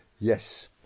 Yes